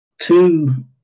two